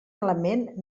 element